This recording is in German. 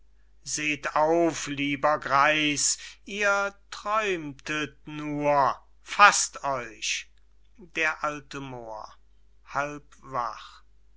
seht auf lieber greis ihr träumtet nur faßt euch d a moor halb